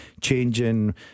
changing